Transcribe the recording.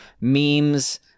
memes